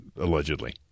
allegedly